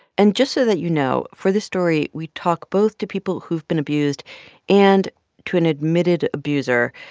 and just so that you know, for this story, we talk both to people who've been abused and to an admitted abuser.